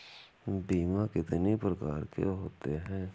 बीमा कितनी प्रकार के होते हैं?